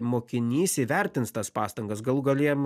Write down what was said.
mokinys įvertins tas pastangas galų gale jam